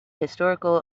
historical